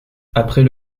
après